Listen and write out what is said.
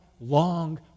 long